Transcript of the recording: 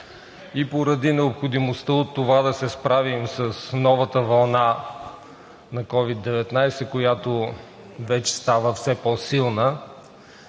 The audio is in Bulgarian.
и поради необходимостта от това да се справим с новата вълна на COVID-19, която вече става все по-силна,